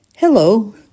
Hello